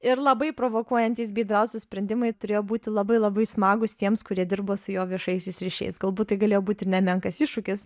ir labai provokuojantys bei drąsūs sprendimai turėjo būti labai labai smagūs tiems kurie dirbo su juo viešaisiais ryšiais galbūt tai galėjo būti nemenkas iššūkis